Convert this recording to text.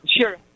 Sure